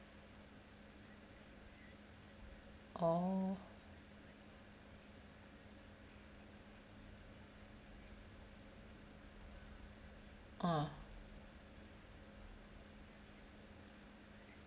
orh ah